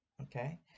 Okay